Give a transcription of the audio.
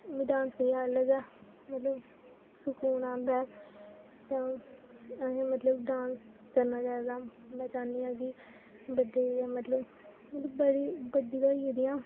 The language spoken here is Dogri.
मिगी डांस करियै अलग गै मतलब सुकून आंदा ऐ ते अहें मतलब डांस करना चाहि्दा में चाह्न्नीं आं कि बड्डे मतलब कि मतलब बड़ी बड्डी होई गेदी आं